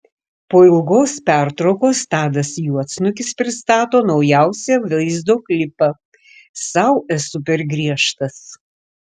po ilgos pertraukos tadas juodsnukis pristato naujausią vaizdo klipą sau esu per griežtas